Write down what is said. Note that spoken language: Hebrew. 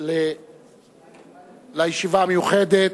עוברים לישיבה המיוחדת,